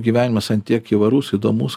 gyvenimas ant tiek įvairus įdomus